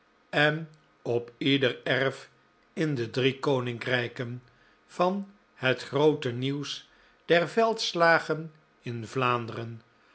en op ieder erf in de drie koninkrijken van het groote nieuws der veldslagen in vlaanderen